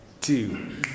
two